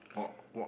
what what